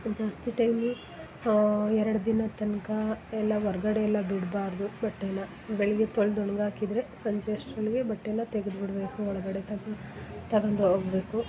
ಜಾಸ್ತಿ ಟೈಮು ಎರಡು ದಿನದ ತನ್ಕ ಎಲ್ಲಾ ಹೊರ್ಗಡೆ ಎಲ್ಲ ಬಿಡ್ಬಾರದು ಬಟ್ಟೆನ ಬೆಳ್ಗೆ ತೊಳೆದು ಒಣ್ಗಿ ಹಾಕಿದ್ರೆ ಸಂಜೆ ಅಷ್ಟ್ರ ಒಳ್ಗೆ ಬಟ್ಟೆನ ತೆಗ್ದ್ಬಿಡ್ಬೇಕು ಒಳಗಡೆ ತಗೊಂ ತಗೊಂಡೋಗಬೇಕು